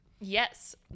Yes